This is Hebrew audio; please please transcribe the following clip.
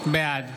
בעד